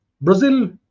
Brazil